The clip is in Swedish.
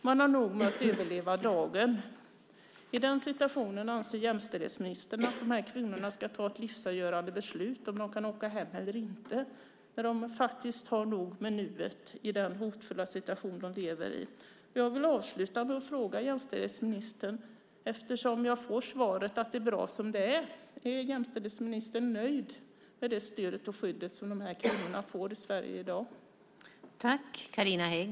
Man har nog med att överleva dagen. Men jämställdhetsministern anser att de här kvinnorna ska ta ett livsavgörande beslut om huruvida de kan åka hem eller inte, när de har nog med nuet i den hotfulla situation de lever i. Jag vill avsluta med att ställa en fråga till jämställdhetsministern. Jag har av henne fått höra att det är bra som det är. Är då jämställdhetsministern nöjd med det stöd och skydd som de här kvinnorna får i Sverige i dag?